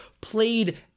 played